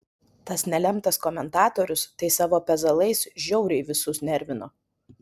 tas nelemtas komentatorius tai savo pezalais žiauriai visus nervino